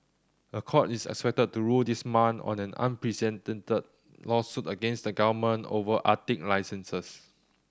a court is expected to rule this month on an unprecedented lawsuit against the government over Arctic licenses